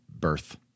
birth